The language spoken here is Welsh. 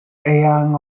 eang